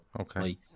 Okay